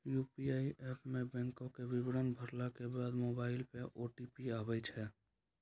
UPI app मे बैंको के विबरण भरला के बाद मोबाइल पे ओ.टी.पी आबै छै